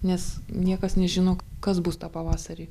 nes niekas nežino kas bus tą pavasarį